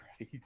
Right